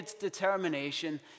determination